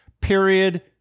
period